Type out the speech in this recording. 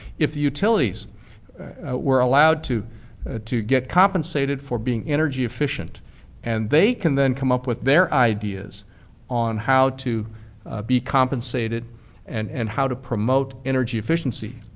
if the utilities were allowed to to get compensated for being energy efficient and they can then come up with their ideas on how to be compensated and and how to promote energy efficiency,